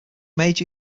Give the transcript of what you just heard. made